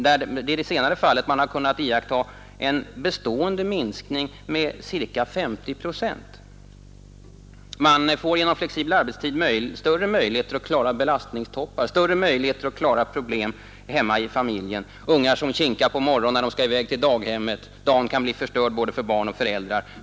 I det senare fallet har man kunnat iaktta en bestående minskning med ca 50 procent. Man får genom flexibel arbetstid större möjligheter att klara belastningstoppar, större möjligheter att klara problem hemma i familjen. Det kan t.ex. vara ungar som kinkar på morgonen när de skall i väg till daghemmet, varigenom dagen kan bli förstörd för både barn och föräldrar.